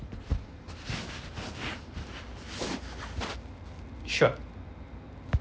sure